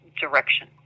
direction